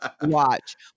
watch